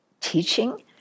teaching